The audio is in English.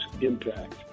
impact